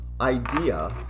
idea